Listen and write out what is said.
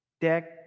deck